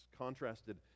contrasted